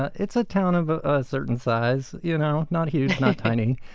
it's a town of a certain size you know not huge, not tiny.